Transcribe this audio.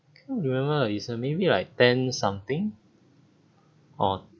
I can't remember it's maybe like ten something on